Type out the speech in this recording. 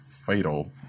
fatal